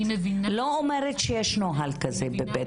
אני לא אומרת שיש נוהל כזה בבתי הספר.